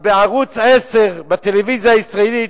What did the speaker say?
בערוץ-10 בטלוויזיה הישראלית,